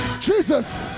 Jesus